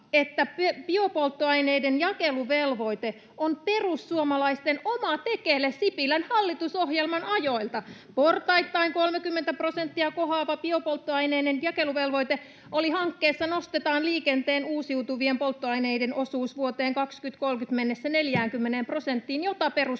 että biopolttoaineiden jakeluvelvoite on perussuomalaisten oma tekele Sipilän hallitusohjelman ajoilta. Portaittain 30 prosenttia kohoava biopolttoaineiden jakeluvelvoite oli hankkeessa ”Nostetaan liikenteen uusiutuvien polttoaineiden osuus vuoteen 2030 mennessä 40 prosenttiin”, jota perussuomalaiset